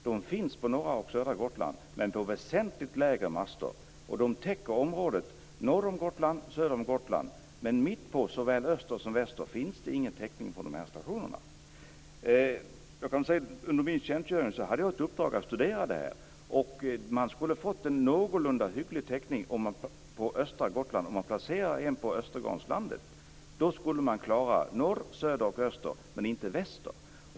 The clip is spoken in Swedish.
De finns på norra och södra Gotland, men då är det fråga om väsentligt lägre master. De täcker området norr om Gotland och söder om Gotland. Men mitt på såväl i öster som väster finns det ingen täckning från dessa stationer. Under min tjänstgöring hade jag ett uppdrag att studera detta. Man skulle få en någorlunda hygglig täckning på östra Gotland om man placerade en på Östergarnslandet. Då skulle man klara norr, söder och öster, men inte väster.